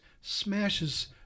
smashes